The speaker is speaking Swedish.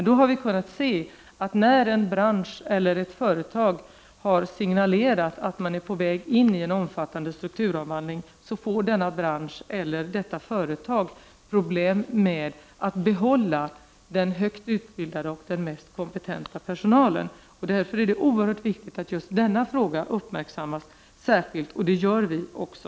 Vi har då kunnat se att en bransch eller ett företag, när man har signalerat att man är på väg in i en omfattande strukturomvandling, får problem att behålla den högt utbildade och mest kompetenta personalen. Därför är det oerhört viktigt att vi uppmärksammar just denna fråga särskilt. Det gör vi också.